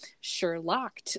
Sherlock